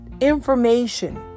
information